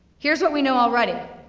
here's what we know already.